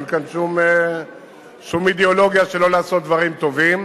אין כאן שום אידיאולוגיה שלא לעשות דברים טובים.